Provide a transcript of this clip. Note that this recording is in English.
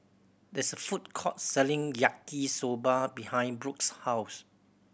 this a food court selling Yaki Soba behind Brooks' house